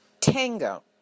Tango